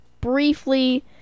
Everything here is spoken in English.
briefly